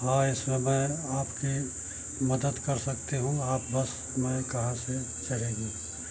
हाँ इसमें मैं आपकी मदद कर सकती हूँ आप बस में कहाँ से चढ़ेंगी